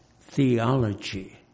theology